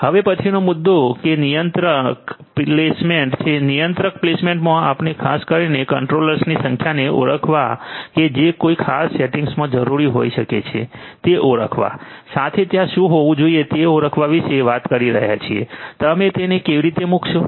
હવે પછીનો મુદ્દો એ નિયંત્રક પ્લેસમેન્ટ છે નિયંત્રક પ્લેસમેન્ટમાં આપણે ખાસ કરીને કંટ્રોલર્સની સંખ્યાને ઓળખવા કે જે કોઈ ખાસ સેટિંગમાં જરૂરી હોઇ શકે છે તે ઓળખવા સાથે ત્યાં શું હોવું જોઈએ તે ઓળખવા વિશે વાત કરી રહ્યા છીએ તમે તેને કેવી રીતે મૂકશો